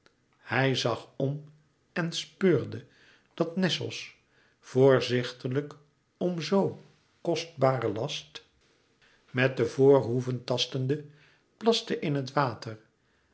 hij zag om en speurde dat nessos voorzichtiglijk om zoo kostbaren last met de voorhoeven tastende plaste in het water